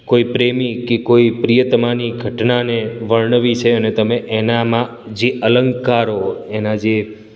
કોઇ પ્રેમી કે કોઇ પ્રિયતમાની ઘટનાને વર્ણવી છે અને તમે એનામાં જે અલંકારો એના જે